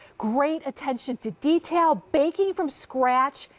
great attention to detail, baking from scratch,